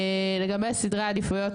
לגבי סדרי העדיפויות,